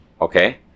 Okay